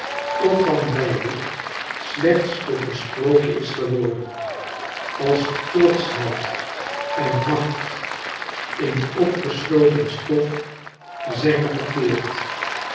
of van beide slechts tot een sprookje is geworden als trotschheid en macht in opgesloten stof zijne verkeerd